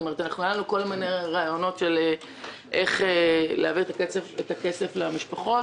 העלינו כל מיני רעיונות איך להעביר את הכסף למשפחות.